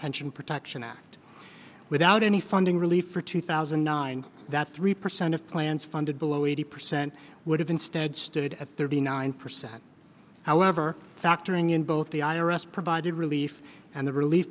pension protection act without any funding relief for two thousand and nine that's three percent of plans funded below eighty percent would have instead stood at thirty nine percent however factoring in both the i r s provided relief and the relief